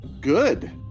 Good